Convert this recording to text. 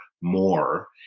more